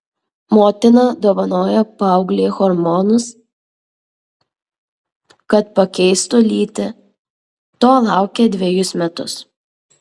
motina dovanojo paauglei hormonus kad pakeistų lytį to laukė dvejus metus